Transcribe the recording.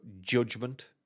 Judgment